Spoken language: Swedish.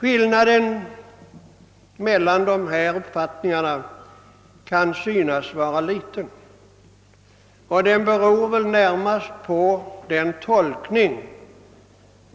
Skillnaden mellan dessa uppfattningar kan tyckas vara liten, och den beror väl närmast på den tolkning